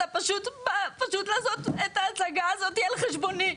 אתה פשוט בא פשוט לעשות את ההצגה הזאת על חשבוני.